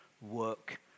work